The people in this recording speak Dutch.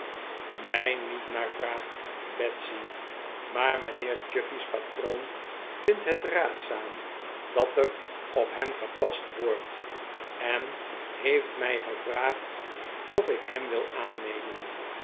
mij niet naar vraagt betsy maar mijnheer chuffey's patroon vindt het raadzaam dat er op hem gepast wordt en heeft mij gevraagd of ik hem wil aannemen